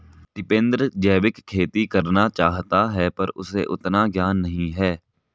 टिपेंद्र जैविक खेती करना चाहता है पर उसे उतना ज्ञान नही है